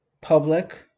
public